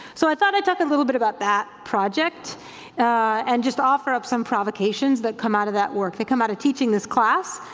so i thought i'd talk a little bit about that project and just offer up some provocations that come out of that work, that come out of teaching this class,